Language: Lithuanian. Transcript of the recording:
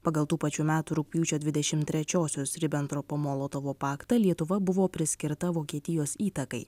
pagal tų pačių metų rugpjūčio dvidešim trečiosios ribentropo molotovo paktą lietuva buvo priskirta vokietijos įtakai